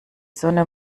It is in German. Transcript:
sonne